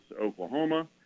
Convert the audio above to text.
Oklahoma